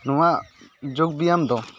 ᱱᱚᱣᱟ ᱡᱳᱜᱽ ᱵᱮᱭᱟᱢ ᱫᱚ